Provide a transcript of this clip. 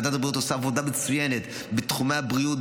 ועדת הבריאות עושה עבודה מצוינת בתחומי הבריאות,